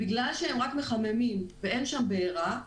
בגלל שהם רק מחממים ואין שם בעירה,